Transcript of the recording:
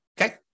Okay